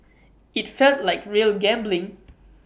IT felt like real gambling